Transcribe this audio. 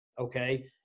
Okay